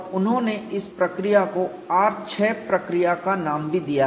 और उन्होंने इस प्रक्रिया को R6 प्रक्रिया का नाम भी दिया है